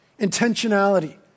intentionality